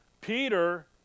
Peter